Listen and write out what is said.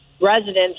residents